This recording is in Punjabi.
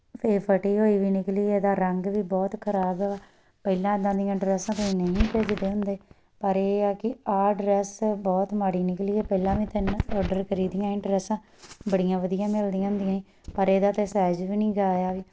ਫੇਰ ਫਟੀ ਹੋਈ ਵੀ ਨਿਕਲੀ ਇਹਦਾ ਰੰਗ ਵੀ ਬਹੁਤ ਖ਼ਰਾਬ ਆ ਪਹਿਲਾਂ ਇੱਦਾਂ ਦੀਆਂ ਡਰੈੱਸਾਂ ਤੁਸੀਂ ਨਹੀਂ ਭੇਜਦੇ ਹੁੰਦੇ ਪਰ ਇਹ ਆ ਕਿ ਆਹ ਡਰੈੱਸ ਬਹੁਤ ਮਾੜੀ ਨਿਕਲੀ ਪਹਿਲਾਂ ਵੀ ਤਿੰਨ ਔਡਰ ਕਰੀਦੀਆਂ ਡਰੈੱਸਾਂ ਬੜੀਆਂ ਵਧੀਆ ਮਿਲਦੀਆਂ ਹੁੰਦੀਆਂ ਸੀ ਪਰ ਇਹਦਾ 'ਤੇ ਸਾਈਜ਼ ਵੀ ਨਹੀਂ ਹੈਗਾ ਆਇਆ ਵੀ